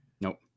Nope